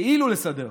כאילו לסדר